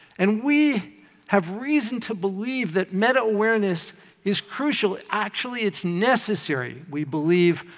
and we have reason to believe that meta-awareness is crucial actually, it's necessary, we believe,